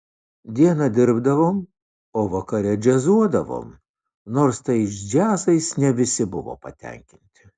dieną dirbdavom o vakare džiazuodavom nors tais džiazais ne visi buvo patenkinti